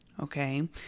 Okay